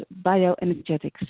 bioenergetics